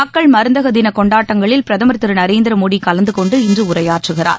மக்கள் மருந்தகம் தின கொண்டாட்டங்களில் பிரதமர் திரு நரேந்திர மோடி கலந்து கொண்டு இன்று உரையாற்றுகிறார்